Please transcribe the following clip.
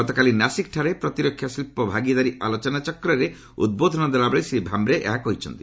ଗତକାଲି ନାସିକ୍ଠାରେ ପ୍ରତିରକ୍ଷା ଶିଳ୍ପ ଭାଗିଦାରୀ ଆଲୋଚନାଚକ୍ରରେ ଉଦ୍ବୋଧନ ଦେଲା ବେଳେ ଶ୍ରୀ ଭାମ୍ବରେ ଏହା କହିଛନ୍ତି